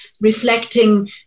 reflecting